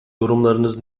yorumlarınız